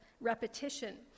repetition